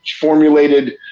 formulated